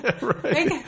Right